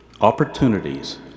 opportunities